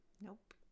Nope